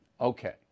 Okay